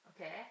Okay